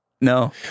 No